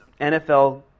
NFL